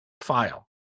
file